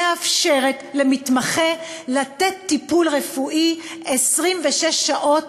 מאפשרת למתמחה לתת טיפול רפואי 26 שעות,